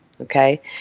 Okay